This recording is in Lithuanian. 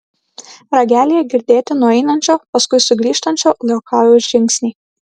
ragelyje girdėti nueinančio paskui sugrįžtančio liokajaus žingsniai